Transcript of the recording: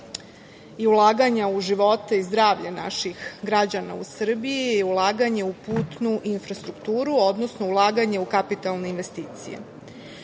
i ulaganja u živote i zdravlje naših građana u Srbiji, ulaganje u putnu infrastrukturu, odnosno ulaganje u kapitalne investicije. Razvijenost